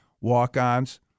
walk-ons